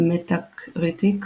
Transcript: באתר Metacritic